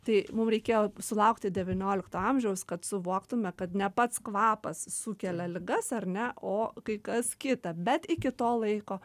tai mum reikėjo sulaukti devyniolikto amžiaus kad suvoktume kad ne pats kvapas sukelia ligas ar ne o kai kas kita bet iki to laiko